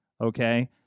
Okay